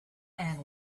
end